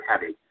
heavy